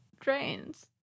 trains